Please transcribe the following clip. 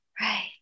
Right